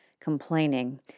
complaining